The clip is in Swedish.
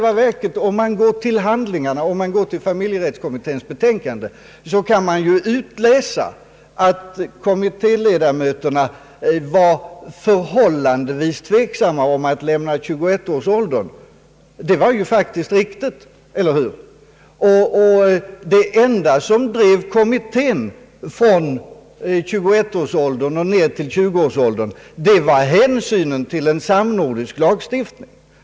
Av familjerättskommitténs betänkande kan man dessutom utläsa att kommittéledamöterna i själva verket var förhållandevis tveksamma inför att lämna 21-årsåldern. Det är faktiskt riktigt, eller hur? Det enda som drev kommittén att gå ner till 20-årsåldern var hänsynen till en samnordisk lagstiftning.